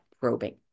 probing